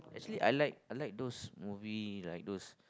actually I like I like those movie like those